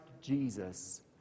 Jesus